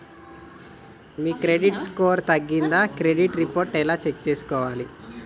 మీ credit score తగ్గిందా credit report ఎలా check చేసుకోవాలి?